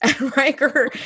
Riker